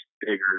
bigger